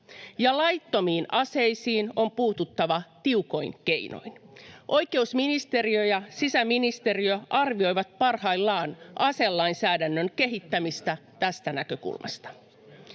laittomiin aseisiin on puututtava tiukoin keinoin. Oikeusministeriö ja sisäministeriö arvioivat parhaillaan aselainsäädännön kehittämistä tästä näkökulmasta.